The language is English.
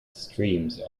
streams